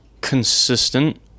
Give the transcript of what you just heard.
consistent